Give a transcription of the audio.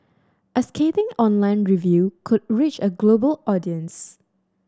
a scathing online review could reach a global audience